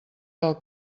del